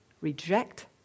reject